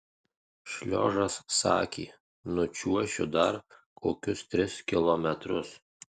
šliožas sakė nučiuošiu dar kokius tris kilometrus